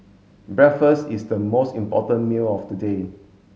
breakfast is the most important meal of the day